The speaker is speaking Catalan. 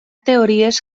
teories